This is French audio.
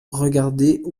regarder